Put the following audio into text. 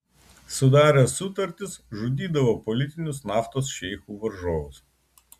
sudaręs sutartis žudydavo politinius naftos šeichų varžovus